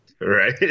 Right